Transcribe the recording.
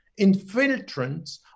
Infiltrants